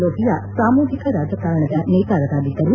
ಲೋಹಿಯಾ ಸಾಮೂಹಿಕ ರಾಜಕಾರಣದ ನೇತಾರರಾಗಿದ್ದರು